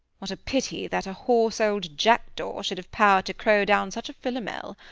what a pity that a hoarse old jackdaw should have power to crow down such a philomel!